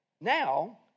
Now